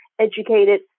educated